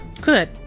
Good